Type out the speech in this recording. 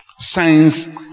science